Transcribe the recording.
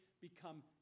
become